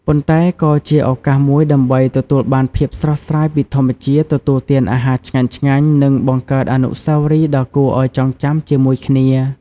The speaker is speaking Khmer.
ប៉ុន្តែក៏ជាឱកាសមួយដើម្បីទទួលបានភាពស្រស់ស្រាយពីធម្មជាតិ ទទួលទានអាហារឆ្ងាញ់ៗ និងបង្កើតអនុស្សាវរីយ៍ដ៏គួរឲ្យចងចាំជាមួយគ្នា។